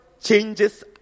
changes